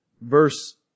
Verse